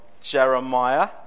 Jeremiah